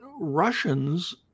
Russians